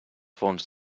fonts